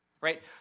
right